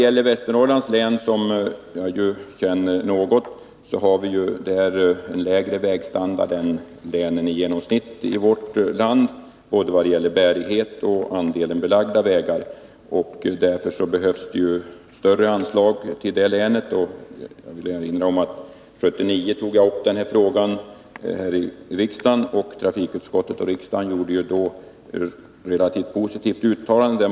I Västernorrlands län är vägstandarden lägre än i länen i genomsnitt i vårt land vad gäller både bärighet och antalet belagda vägar. Därför behövs större anslag till det länet. Jag tog upp den här frågan i riksdagen 1979, och trafikutskottet och riksdagen gjorde då ett relativt positivt uttalande.